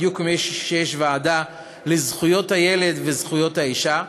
בדיוק כמו שיש ועדה לזכויות הילד ולזכויות האישה,